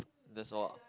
that's all